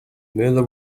miller